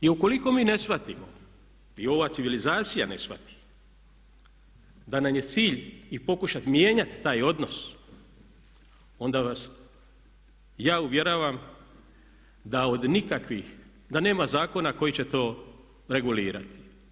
I ukoliko mi ne shvatimo i ova civilizacija ne shvati da nam je cilj i pokušati mijenjati taj odnos onda vas ja uvjeravam da nema zakona koji će to regulirati.